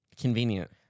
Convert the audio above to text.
Convenient